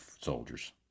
soldiers